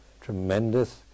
tremendous